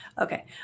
Okay